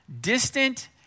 distant